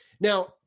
Now